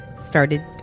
started